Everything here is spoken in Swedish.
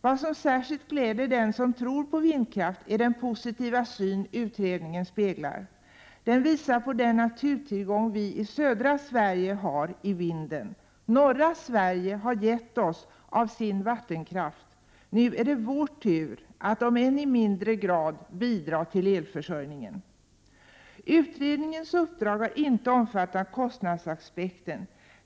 Vad som särskilt gläder den som tror på vindkraft är den positiva syn utredningen speglar. Den visar på den naturtillgång vi i södra Sverige har i vinden. Norra Sverige har gett oss av sin vattenkraft. Nu är det vår tur att, om än i mindre grad, bidra till elförsörjningen. Utredningens uppdrag har inte omfattat kostnadsaspekten.